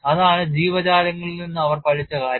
അതാണ് ജീവജാലങ്ങളിൽ നിന്ന് അവർ പഠിച്ച കാര്യങ്ങൾ